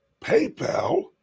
PayPal